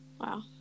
Wow